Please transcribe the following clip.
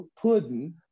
pudding